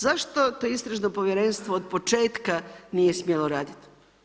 Zašto to istražno povjerenstvo od početka nije smjelo raditi?